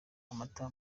amata